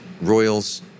royals